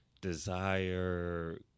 desire